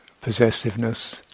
possessiveness